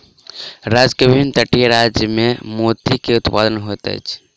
भारत के विभिन्न तटीय राज्य में मोती के उत्पादन होइत अछि